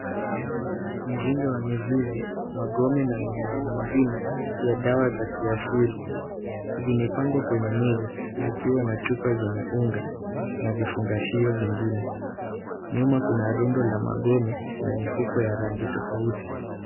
Mzinga wa mizizi, magome na mimea mingine ya dawa za kiasili. Zimepangwa kwenye meza zikiwa na chupa zenye unga na vifungashio vingine. Nyuma kuna rundo la magome na mifuko ya rangi tofauti.